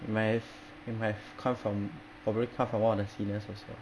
it might have it might have come from probably come from one of the seniors also